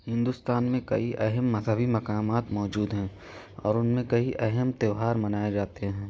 ہندوستان میں کئی اہم مذہبی مقامات موجود ہیں اور ان میں کئی اہم تیوہار منائے جاتے ہیں